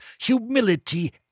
humility